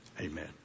amen